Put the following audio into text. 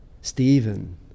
Stephen